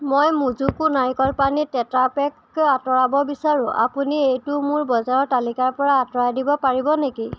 মই মোজোকো নাৰিকল পানীৰ টেট্ৰাপেক আঁতৰাব বিচাৰোঁ আপুনি এইটো মোৰ বজাৰৰ তালিকাৰপৰা আঁতৰাই দিব পাৰিব নেকি